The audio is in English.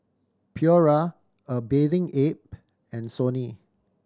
Pura A Bathing Ape and Sony